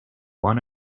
one